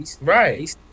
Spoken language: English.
Right